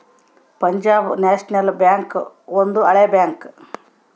Punjab national bank ಒಂದು ಹಳೆ bank